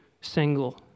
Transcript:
single